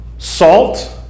Salt